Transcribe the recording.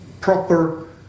proper